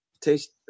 taste